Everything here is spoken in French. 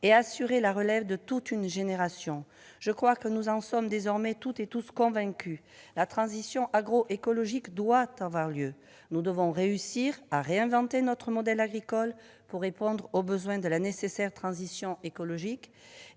et assurer la relève de toute une génération. Je crois que nous en sommes désormais toutes et tous convaincus : la transition agroécologique doit avoir lieu. Nous devons réussir à réinventer notre modèle agricole pour répondre aux besoins de la nécessaire transition écologique